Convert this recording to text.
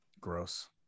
Gross